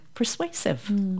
persuasive